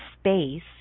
space